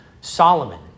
Solomon